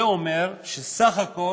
זה אומר שמתוך